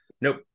Nope